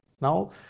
Now